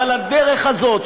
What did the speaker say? אבל הדרך הזאת,